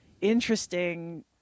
interesting